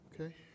Okay